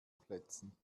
plätzen